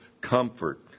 comfort